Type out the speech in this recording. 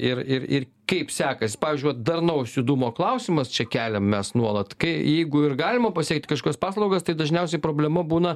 ir ir ir kaip sekasi pavyzdžiui va darnaus judumo klausimas čia keliam mes nuolat kai jeigu ir galima pasiekt kažkokias paslaugas tai dažniausiai problema būna